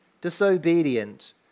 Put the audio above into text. disobedient